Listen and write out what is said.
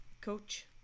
Coach